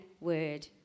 word